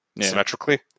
symmetrically